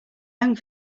home